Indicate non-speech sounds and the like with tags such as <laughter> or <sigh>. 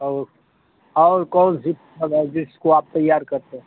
और और कौन सी <unintelligible> है जिसको आप तैयार करते हें